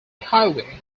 highway